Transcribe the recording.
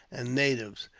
and natives,